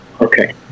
okay